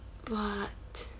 what